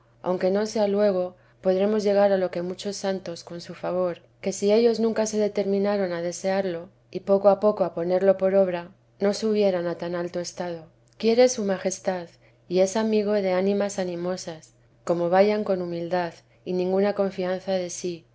aunque no sea luego podremos llegar a lo que muchos santos con su favor que si ellos nunca se determinaran a desearlo y poco a poco a ponerlo por obra no subieran a tan alto estado quiere su majestad y es amigo de ánimas animosas como vayan con humildad y ninguna confianza de sí